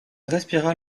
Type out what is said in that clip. respira